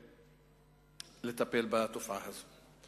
לטפל בתופעה הזאת.